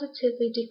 positively